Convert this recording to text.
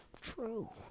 true